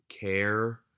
care